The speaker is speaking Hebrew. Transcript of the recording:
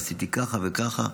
עשיתי ככה וככה,